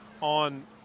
on